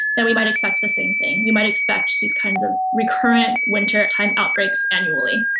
then we might expect the same thing, we might expect these kinds of recurrent wintertime outbreaks annually.